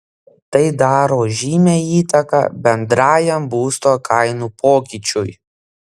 tai daro žymią įtaką bendrajam būsto kainų pokyčiui